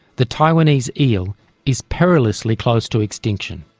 the taiwanese eel is perilously close to extinction.